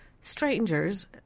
strangers